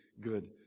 good